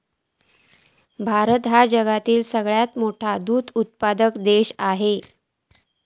भारत ह्यो जगातलो सगळ्यात मोठो दूध उत्पादक देश आसा